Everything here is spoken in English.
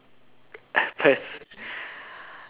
pers~